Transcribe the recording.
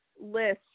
list